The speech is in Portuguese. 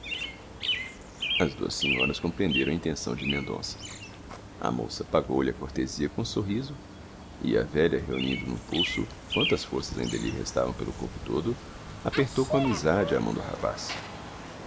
as duas senhoras compreenderam a intenção de mendonça a moça pagou-lhe a cortesia com um sorriso e a velha reunindo no pulso quantas forças ainda lhe restavam pelo corpo todo apertou com amizade a mão do rapaz